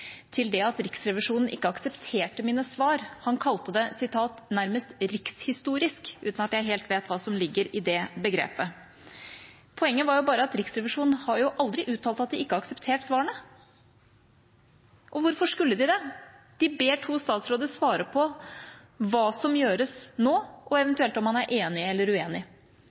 kommentar til at Riksrevisjonen ikke aksepterte mine svar. Han kalte det «nærmest rikshistorisk», uten at jeg helt vet hva som ligger i det begrepet. Poenget er bare at Riksrevisjonen aldri har uttalt at de ikke har akseptert svarene. Og hvorfor skulle de det? De ber to statsråder svare på hva som gjøres nå, og eventuelt om man er enig eller uenig.